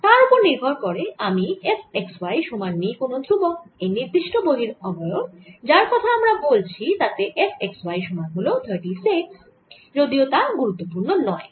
তার ওপর নির্ভর করে আমি যদি f x y সমান নিই কোন ধ্রুবক এই নির্দিষ্ট বহিরবয়ব যার কথা আমরা বলছি তাতে f x y সমান সমান হল 36 যদিও তা গুরুত্বপুর্ণ নয়